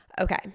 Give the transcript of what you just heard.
Okay